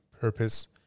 purpose